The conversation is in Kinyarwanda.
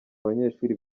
abanyeshuri